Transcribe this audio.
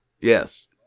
yes